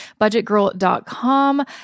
budgetgirl.com